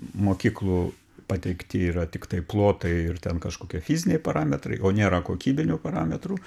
mokyklų pateikti yra tiktai plotai ir ten kažkokie fiziniai parametrai o nėra kokybinių parametrų